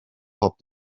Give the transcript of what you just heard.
pob